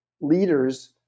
leaders